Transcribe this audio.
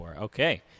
Okay